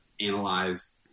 analyze